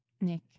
Nick